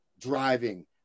driving